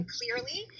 clearly